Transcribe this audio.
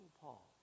Paul